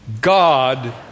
god